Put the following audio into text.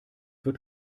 wird